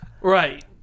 Right